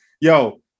yo